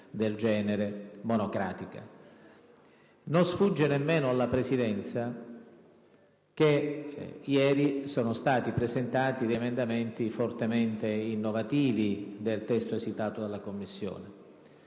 Non sfugge neppure alla Presidenza, però, che ieri sono stati presentati degli emendamenti fortemente innovativi del testo esitato dalla Commissione.